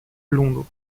londres